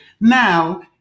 Now